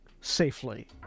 safely